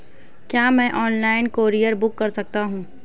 क्या मैं online courier book कर सकता हूँ?